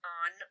on